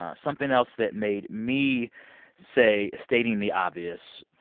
ah something else that made me say stating the obvious